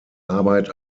arbeit